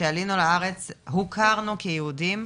שעלינו לארץ הוכרנו כיהודים.